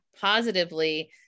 positively